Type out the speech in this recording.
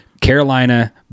Carolina